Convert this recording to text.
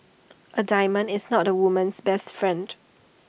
A diamond is not A woman's best friend